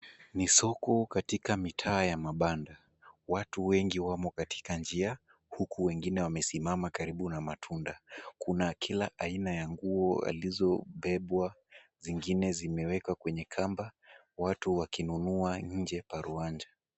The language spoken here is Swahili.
Ni soko katika mitaa ya mabanda. Watu wengi wamo katika njia, huku wengine wamesimama karibu na matunda. Kuna kila aina ya nguo alizobebwa, zingine zimewekwa kwenye kamba, watu wakinunua nje paruwanja.